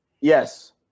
Yes